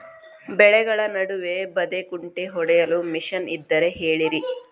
ಬೆಳೆಗಳ ನಡುವೆ ಬದೆಕುಂಟೆ ಹೊಡೆಯಲು ಮಿಷನ್ ಇದ್ದರೆ ಹೇಳಿರಿ